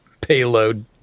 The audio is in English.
payload